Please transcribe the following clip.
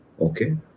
Okay